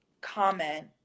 comment